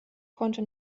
konnte